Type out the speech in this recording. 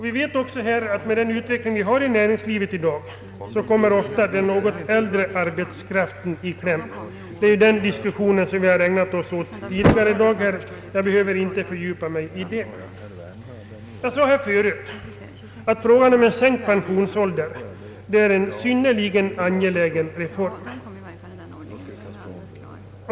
Vi vet också att utvecklingen i näringslivet är sådan att den något äldre arbetskraften ofta kommer i kläm; den diskussionen har vi ägnat oss åt tidigare i dag, och jag behöver inte nu fördjupa mig i den. Jag sade förut att sänkt pensionsål der är en synnerligen angelägen reform.